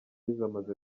bamaze